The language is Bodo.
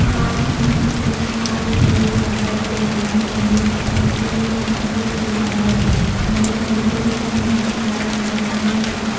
आं आंनि आय खाजोना दाखिल खालामनायनि थाथायखौ मिथिनो गोसो जादों नों बेखौ आंनो नायनो हागोन नामा